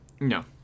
No